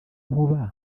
nkuba